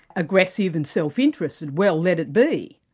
aggressive and self-interested well, let it be.